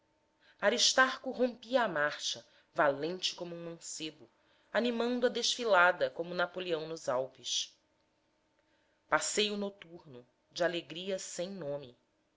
serra aristarco rompia a marcha valente como um mancebo animando a desfilada como napoleão nos alpes passeio noturno de alegria sem nome